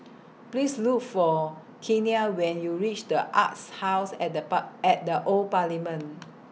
Please Look For Kenia when YOU REACH The Arts House At The Bar At The Old Parliament